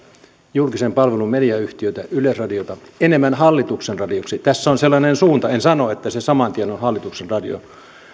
julkisen palvelun mediayhtiötä yleisradiota enemmän hallituksen radioksi tässä on sellainen suunta en sano että se saman tien on hallituksen radio